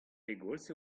pegoulz